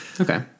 Okay